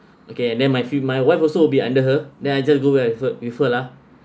okay and then I feel my wife also will be under her then I just go there refer refer lah